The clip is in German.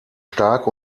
stark